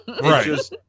right